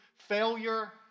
Failure